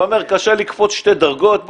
אתה אומר שקשה לקפוץ שתי דרגות,